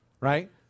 right